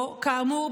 או כאמור,